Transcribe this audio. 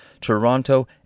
Toronto